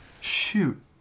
shoot